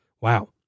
Wow